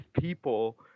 people